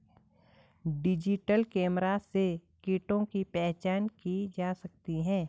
digital camera से कीटों की पहचान की जा सकती है